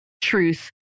truth